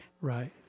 Right